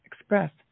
express